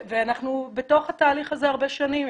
ואנחנו בתהליך הזה הרבה שנים.